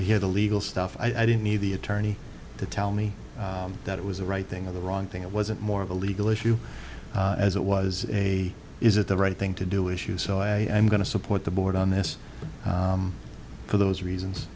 to hear the legal stuff i didn't need the attorney to tell me that it was the right thing or the wrong thing it wasn't more of a legal issue as it was a is it the right thing to do issue so i am going to support the board on this for those